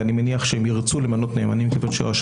ואני מניח שהם ירצו למנות נאמנים כיוון שהם